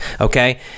Okay